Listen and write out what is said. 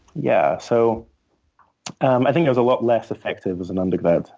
yeah. so um i think i was a lot less effective as an undergrad.